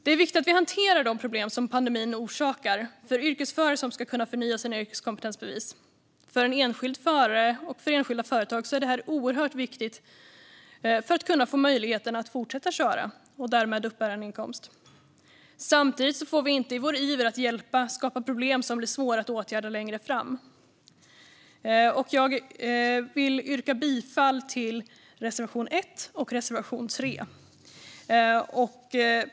Det är viktigt att vi hanterar de problem som pandemin orsakar för yrkesförare som ska förnya sina yrkeskompetensbevis. För en enskild förare och för enskilda företag är det oerhört viktigt för att få möjligheten att fortsätta köra och därmed uppbära en inkomst. Samtidigt får vi inte i vår iver att hjälpa skapa problem som blir svåra att åtgärda längre fram. Jag vill yrka bifall till reservation 1 och reservation 3.